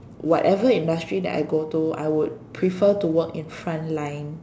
whatever industry that I go to I would prefer to work in front line